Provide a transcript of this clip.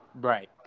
Right